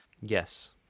Yes